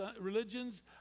religions